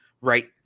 right